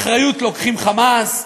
אחריות לוקחים "חמאס",